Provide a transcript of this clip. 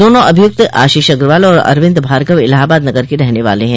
दोनों अभियुक्त आशीष अग्रवाल और अरविन्द भार्गव इलाहाबाद नगर के रहने वाले हैं